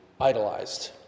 idolized